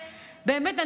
באמת,